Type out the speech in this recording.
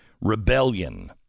rebellion